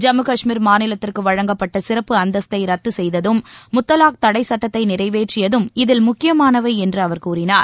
ஜம்மு கஷ்மீர் மாநிலத்திற்கு வழங்கப்பட்ட சிறப்பு அந்தஸ்தை ரத்து செய்ததும் முத்தலாக் தடை சட்டத்தை நிறைவேற்றியதும் இதில் முக்கியமானவை என்று அவர் கூறினார்